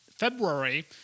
February